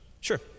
sure